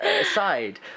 aside